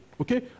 okay